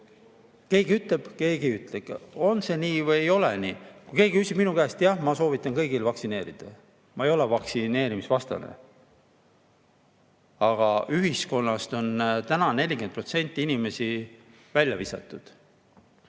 Keegi ütleb, keegi ei ütle. On see nii või ei ole nii? Kui keegi küsib minu käest, siis jah, ma soovitan kõigil vaktsineerida. Ma ei ole vaktsineerimise vastu. Aga ühiskonnast on täna 40% inimesi välja visatud.